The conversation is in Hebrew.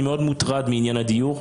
אני מאוד מוטרד מעניין הדיור.